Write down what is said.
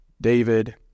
david